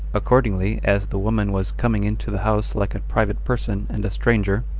accordingly, as the woman was coming into the house like a private person and a stranger,